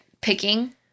picking